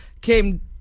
came